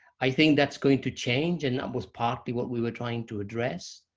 i think that's going to change, and that was partly what we were trying to address,